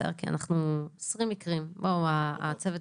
20 מקרים --- לצערי,